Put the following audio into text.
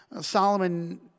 Solomon